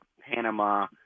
Panama